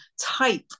type